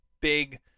big